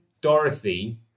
Dorothy